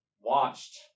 watched